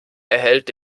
erhellt